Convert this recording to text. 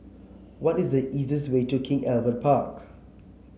what is the easiest way to King Albert Park